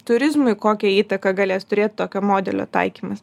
turizmui kokią įtaką galės turėt tokio modelio taikymas